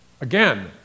Again